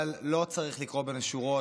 אבל לא צריך לקרוא בין השורות,